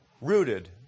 rooted